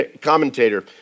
commentator